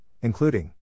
including